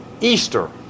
Easter